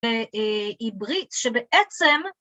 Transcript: ב.. היא ברית שבעצם